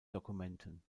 dokumenten